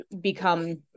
become